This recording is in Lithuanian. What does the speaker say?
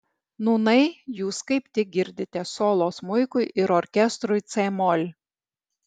nūnai jūs kaip tik girdite solo smuikui ir orkestrui c mol